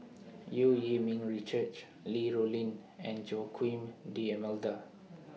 EU Yee Ming Richard Li Rulin and Joaquim D'almeida